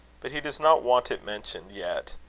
but he does not want it mentioned yet.